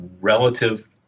relative